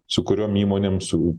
su kuriom įmonėm su